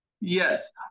Yes